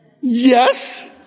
Yes